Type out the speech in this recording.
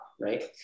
right